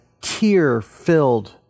tear-filled